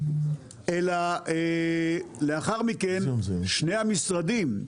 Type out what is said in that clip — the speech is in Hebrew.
אלא לאחר מכן שני המשרדים,